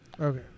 Okay